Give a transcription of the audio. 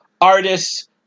artists